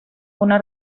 una